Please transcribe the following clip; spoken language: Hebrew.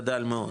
גדל מאוד,